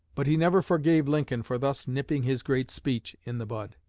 but he never forgave lincoln for thus nipping his great speech in the bud.